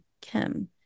Kim